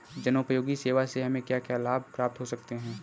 जनोपयोगी सेवा से हमें क्या क्या लाभ प्राप्त हो सकते हैं?